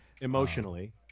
Emotionally